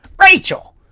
Rachel